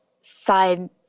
side